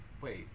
wait